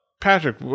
patrick